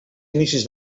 inicis